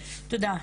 תודה.